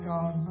God